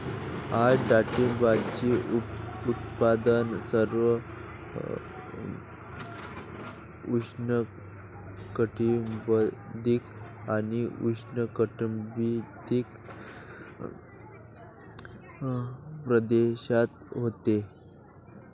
आज डाळिंबाचे उत्पादन सर्व उष्णकटिबंधीय आणि उपउष्णकटिबंधीय प्रदेशात होते